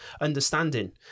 understanding